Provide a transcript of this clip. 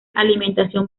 alimentación